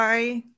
Bye